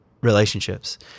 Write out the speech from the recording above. relationships